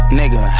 nigga